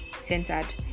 centered